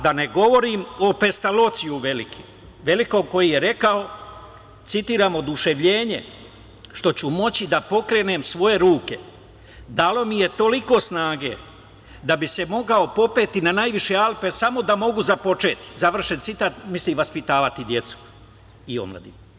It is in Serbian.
Da ne govorim o Pestalociju velikom koji je rekao: „Oduševljenje što ću moći da pokrenem svoje ruke dalo mi je toliko snage da bi se mogao popeti na najviše Alpe samo da mogu započeti“, misli vaspitavati decu i omladinu.